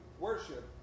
worship